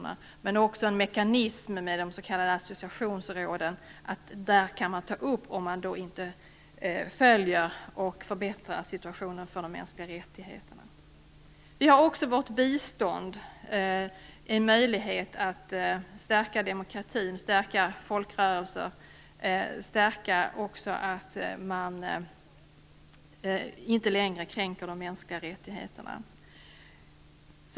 Det finns också en mekanism i de s.k. associationsråden som innebär att man där kan ta upp frågor om något land som inte följer avtalen och förbättrar situationen för de mänskliga rättigheterna. Genom biståndet har Sverige också en möjlighet att stärka demokratin och folkrörelserna och påverka så att de mänskliga rättigheterna inte längre kränks.